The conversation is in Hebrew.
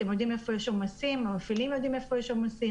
אתם יודעים איפה יש עומסים,